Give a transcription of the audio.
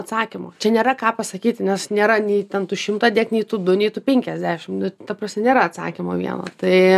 atsakymų čia nėra ką pasakyti nes nėra nei ten tų šimtą dėt nei tų du nei tų penkiasdešimt ta prasme nėra atsakymo vieno tai